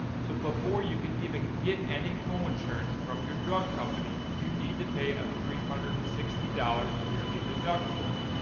so before you can even get any co-insurance from your drug company you need to pay a three hundred and sixty dollar yearly deductible.